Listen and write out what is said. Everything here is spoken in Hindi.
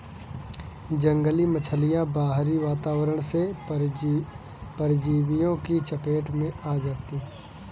जंगली मछलियाँ बाहरी वातावरण से परजीवियों की चपेट में आ जाती हैं